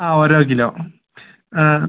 ആ ഓരോ കിലോ ആ